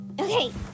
Okay